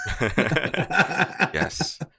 Yes